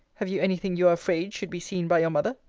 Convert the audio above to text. have you any thing you are afraid should be seen by your mother?